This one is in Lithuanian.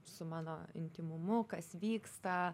su mano intymumu kas vyksta